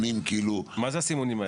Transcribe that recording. מה זה הסימונים האלה?